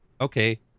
okay